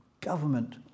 government